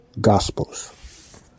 Gospels